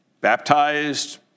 baptized